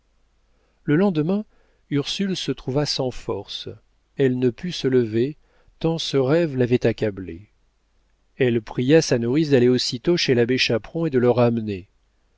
le lendemain ursule se trouva sans force elle ne put se lever tant ce rêve l'avait accablée elle pria sa nourrice d'aller aussitôt chez l'abbé chaperon et de le ramener